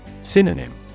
Synonym